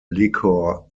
liquor